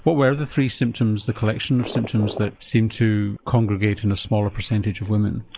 what were the three symptoms, the collection of symptoms that seemed to congregate in a smaller percentage of women?